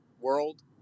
world